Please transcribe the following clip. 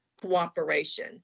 cooperation